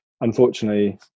unfortunately